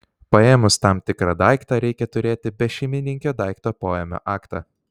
paėmus tam tikrą daiktą reikia turėti bešeimininkio daikto poėmio aktą